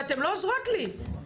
ואתן לא עוזרות לי.